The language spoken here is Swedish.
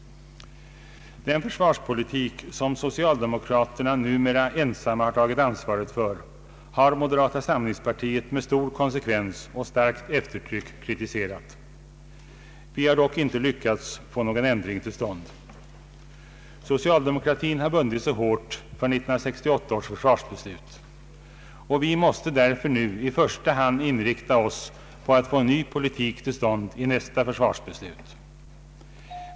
Den försvarspolitik som socialdemokraterna numera ensamma har tagit ansvaret för har moderata samlingspartiet med stor konsekvens och starkt eftertryck kritiserat. Vi har dock icke lyckats få någon ändring till stånd. Socialdemokratin har bundit sig hårt för 1968 års försvarsbeslut. Vi måste därför nu i första hand inrikta oss på att få en ny politik till stånd i nästa försvarsbeslut.